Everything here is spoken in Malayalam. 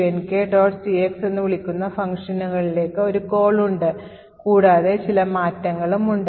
cx എന്ന് വിളിക്കുന്ന ഫംഗ്ഷനുലേക്ക് ഒരു കോൾ ഉണ്ട് കൂടാതെ മറ്റ് ചില മാറ്റങ്ങളും ഉണ്ട്